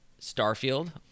Starfield